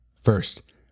First